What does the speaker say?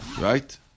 Right